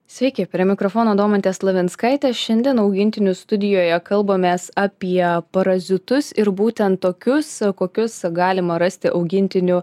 sveiki prie mikrofono domantė slavinskaitė šiandien augintinių studijoje kalbamės apie parazitus ir būtent tokius kokius galima rasti augintinių